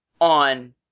on